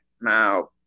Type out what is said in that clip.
Now